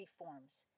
reforms